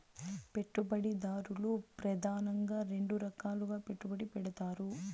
పెట్టుబడిదారులు ప్రెదానంగా రెండు రకాలుగా పెట్టుబడి పెడతారు